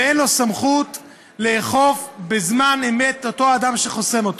ואין לו סמכות לאכוף בזמן אמת על אותו אדם שחוסם אותו.